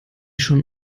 schon